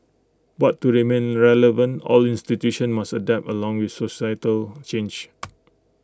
but to remain relevant all institutions must adapt along with societal change